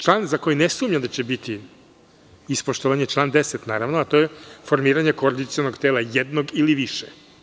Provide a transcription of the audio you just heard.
Član za koji ne sumnjam da će biti ispoštovan je član 10, a to je formiranje koordinacionog tela, jednog ili više.